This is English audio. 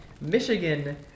Michigan